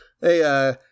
Hey